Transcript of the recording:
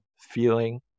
feeling